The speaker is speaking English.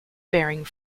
bearing